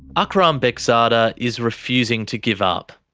akram bekzada is refusing to give up.